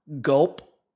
Gulp